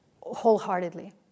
wholeheartedly